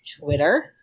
Twitter